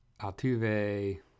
Altuve